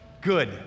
good